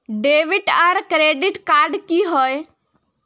Debit आर credit card की होय?